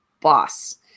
boss